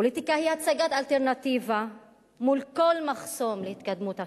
פוליטיקה היא הצגת אלטרנטיבה מול כל מחסום להתקדמות החברה.